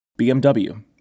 BMW